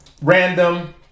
random